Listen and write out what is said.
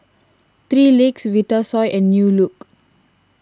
three Legs Vitasoy and New Look